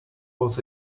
was